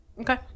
Okay